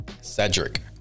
Cedric